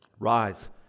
Rise